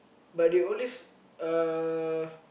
but they always uh